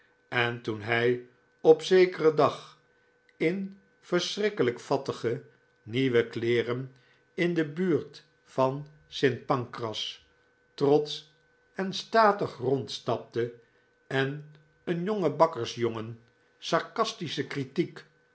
en toen hij op zekeren dag in verschrikkelijk fattige nieuwe kleeren in de buurt van st pancras trots en statig rondstapte en een jonge bakkersjongen sarcastische critiek